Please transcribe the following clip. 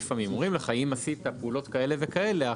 אומרים לך שאם עשית פעולות כאלה וכאלה,